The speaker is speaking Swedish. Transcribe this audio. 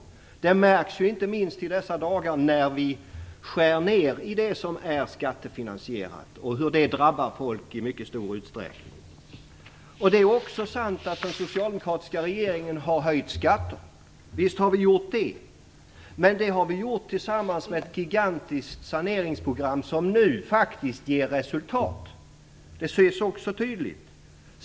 Det märks inte minst i dessa dagar, när vi skär ned på sådant som är skattefinansierat, vilket drabbar folk i mycket stor utsträckning. Det är också sant att den socialdemokratiska regeringen har höjt skatter, men det har skett parallellt med ett gigantiskt saneringsprogram, som nu tydligt börjar ge resultat.